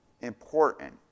important